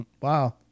wow